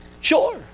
Sure